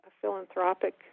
philanthropic